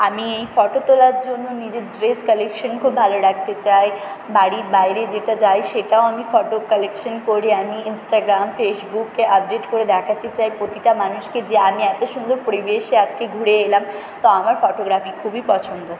আমি এই ফটো তোলার জন্য নিজের ড্রেস কালেকশান খুব ভালো রাখতে চাই বাড়ির বাইরে যেটা যাই সেটাও আমি ফটো কালেকশান করি আমি ইনস্টাগ্রাম ফেসবুকে আপডেট করে দেখাতে চাই প্রতিটা মানুষকে যে আমি এত সুন্দর পরিবেশে আজকে ঘুরে এলাম তো আমার ফটোগ্রাফি খুবই পছন্দ